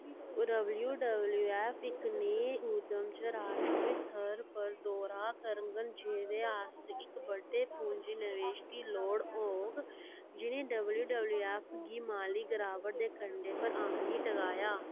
W W F इक नेह् उद्दम च राश्ट्री स्तर पर दौरा करङन जेह्दे आस्तै इक बड्डे पूंजी नवेश दी लोड़ होग जि'नें डब्ल्यू डब्ल्यू एफ गी माली गरावट दे कंढे पर आह्न्नी टकाया